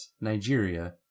Nigeria